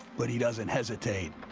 but he doesn't hesitate.